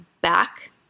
back